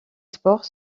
sport